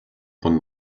von